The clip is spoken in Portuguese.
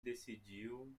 decidiu